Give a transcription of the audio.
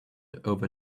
over